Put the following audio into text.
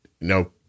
no